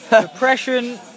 Depression